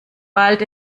bald